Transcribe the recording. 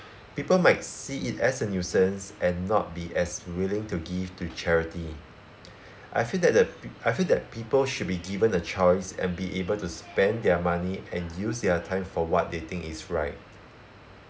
people might see it as a nuisance and not be as willing to give to charity I feel that that p~ I feel that people should be given a choice and be able to spend their money and use their time for what they think is right